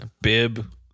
Bib